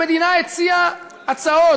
המדינה הציעה הצעות,